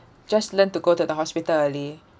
just learn to go to the hospital early